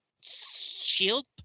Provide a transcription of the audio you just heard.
shield